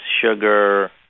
sugar